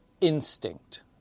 instinct